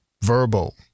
verbal